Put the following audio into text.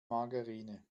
margarine